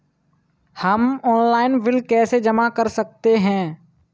हम online bill कैसे जमा कर सकते हैं?